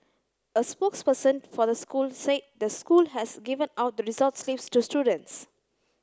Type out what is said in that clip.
a spokesperson for the school said the school has given out the results slips to students